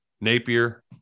Napier